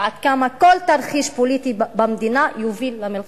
ועד כמה כל תרחיש פוליטי במדינה יוביל למלחמה.